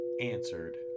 answered